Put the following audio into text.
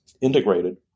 integrated